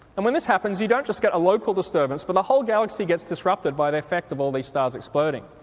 and when this happens you don't just get a local disturbance but the whole galaxy gets disrupted by the effect of all these stars exploding.